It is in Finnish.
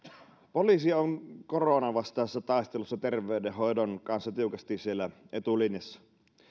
poliisi on koronanvastaisessa taistelussa terveydenhoidon kanssa tiukasti siellä etulinjassa